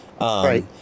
Right